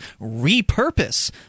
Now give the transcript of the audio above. repurpose